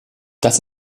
das